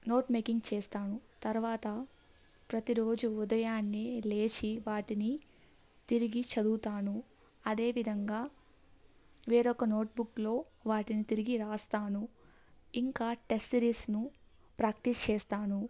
note making చేస్తాను తర్వాత ప్రతిరోజు ఉదయాన్నే లేచి వాటిని తిరిగి చదువుతాను అదేవిధంగా వేరొక నోట్బుక్లో వాటిని తిరిగి రాస్తాను ఇంకా టెస్ట్ సిరీస్ను ప్రాక్టీస్ చేస్తాను